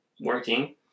working